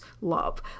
love